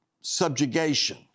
subjugation